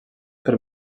per